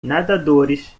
nadadores